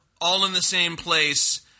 all-in-the-same-place